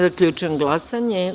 Zaključujem glasanje.